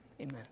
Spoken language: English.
amen